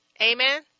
Amen